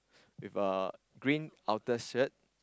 with a green outer shirt